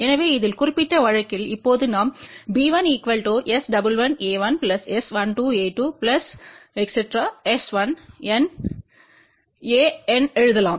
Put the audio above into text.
எனவே இதில் குறிப்பிட்ட வழக்கில் இப்போது நாம்b1S11a1S12a2 S1NaNஎழுதலாம்